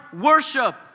worship